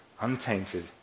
untainted